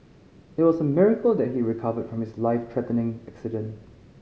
it was a miracle that he recovered from his life threatening accident